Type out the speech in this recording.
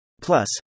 Plus